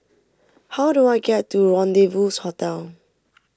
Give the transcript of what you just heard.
how do I get to Rendezvous Hotel